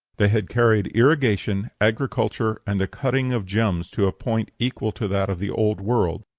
they had carried irrigation, agriculture, and the cutting of gems to a point equal to that of the old world.